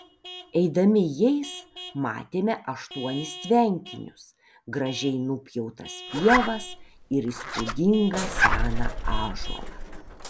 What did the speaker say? eidami jais matėme aštuonis tvenkinius gražiai nupjautas pievas ir įspūdingą seną ąžuolą